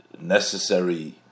necessary